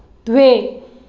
द्वे